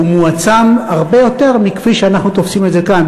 והוא מועצם הרבה יותר מכפי שאנחנו תופסים את זה כאן,